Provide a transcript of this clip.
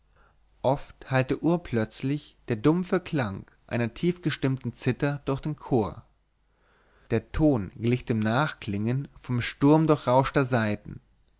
oft hallte urplötzlich der dumpfe klang einer tiefgestimmten zither durch den chor der ton glich dem nachklingen vom sturm durchrauschter saiten